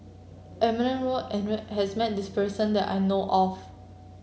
Edmund Road and has met this person that I know of